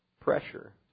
pressure